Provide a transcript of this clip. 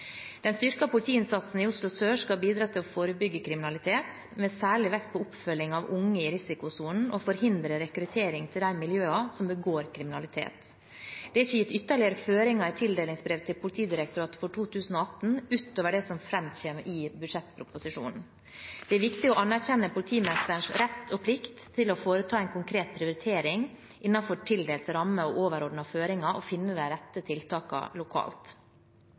Den styrkede politiinnsatsen i Oslo Sør skal bidra til å forebygge kriminalitet, med særlig vekt på oppfølging av unge i risikosonen, og forhindre rekruttering til de miljøene som begår kriminalitet. Det er ikke gitt ytterligere føringer i tildelingsbrevet til Politidirektoratet for 2018 utover det som framkommer i budsjettproposisjonen. Det er viktig å anerkjenne politimesterens rett og plikt til å foreta en konkret prioritering innenfor tildelte rammer og overordnede føringer og finne de rette tiltakene lokalt.